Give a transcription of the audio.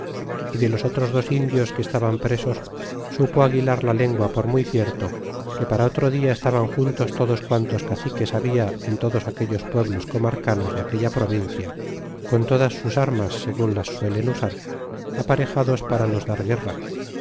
y de los otros dos indios que estaban presos supo aguilar la lengua por muy cierto que para otro dia estaban juntos todos quantos caciques habla en todos aquellos pueblos comarcanos de aquella provincia con todas sus armas segun las suelen usar aparejados para nos dar guerra